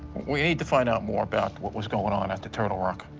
we need to find out more about what was going on at the turtle rock.